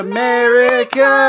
America